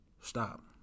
Stop